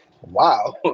wow